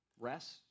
Rest